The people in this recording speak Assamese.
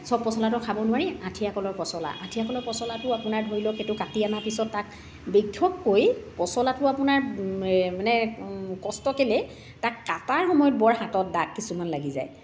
চব পচলাতো খাব নোৱাৰি আঠিয়া কলৰ পচলা আঠিয়া কলৰ পচলাটো আপোনাৰ ধৰি লওক সেইটো কাটি অনাৰ পিছত তাক পচলাটো আপোনাৰ মানে কষ্ট কেলে তাক কাটাৰ সময়ত বৰ হাতত দাগ কিছুমান লাগি যায়